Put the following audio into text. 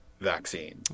vaccine